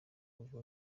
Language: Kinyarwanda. avuga